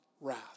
wrath